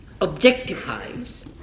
objectifies